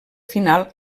final